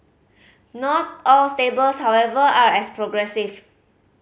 not all stables however are as progressive